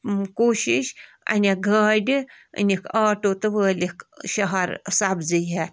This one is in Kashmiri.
کوٗشِش اَنٮ۪کھ گاڑِ أنِکھ آٹوٗ تہٕ وٲلِکھ شہر سبزی ہٮ۪تھ